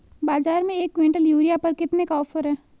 बाज़ार में एक किवंटल यूरिया पर कितने का ऑफ़र है?